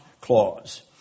clause